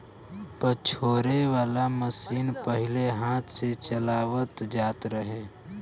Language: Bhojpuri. पछोरे वाला मशीन पहिले हाथ से चलावल जात रहे